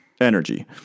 energy